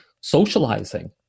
socializing